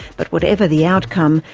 but whatever the outcome,